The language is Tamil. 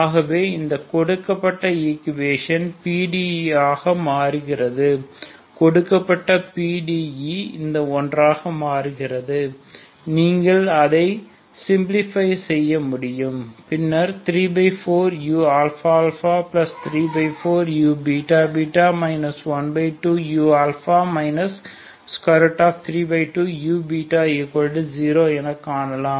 ஆகவே அந்த கொடுக்கப்பட்ட ஈகுவேஷன் PDE ஆக மாறுகிறது கொடுக்கப்பட்ட PDE இந்த ஒன்றாக மாறுகிறது நீங்கள் அதை சிம்லிபைசெய்ய முடியும் பின் 34uαα34uββ 12u 32u0 என காணலாம்